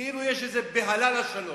כאילו יש איזו בהלה לשלום.